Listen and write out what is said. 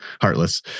heartless